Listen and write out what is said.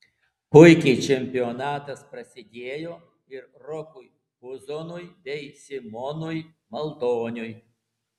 puikiai čempionatas prasidėjo ir rokui puzonui bei simonui maldoniui